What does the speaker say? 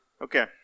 Okay